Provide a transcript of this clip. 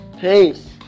Peace